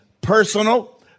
personal